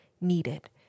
Needed